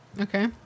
Okay